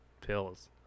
pills